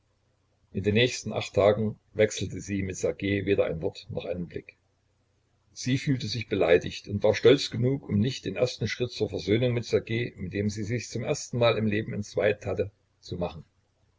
in den nächsten acht tagen wechselte sie mit ssergej weder ein wort noch einen blick sie fühlte sich beleidigt und war stolz genug um nicht den ersten schritt zur versöhnung mit ssergej mit dem sie sich zum erstenmal im leben entzweit hatte zu machen